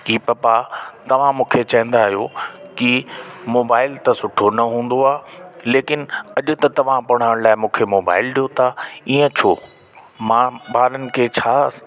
की पपा तव्हां मूंखे चवंदा आहियो की मोबाइल त सुठो न हूंदो आहे लेकिन अॼु त तव्हां पढ़ण लाइ मूंखे मोबाइल ॾियो था ईअं छो मां ॿारनि खे छा असरि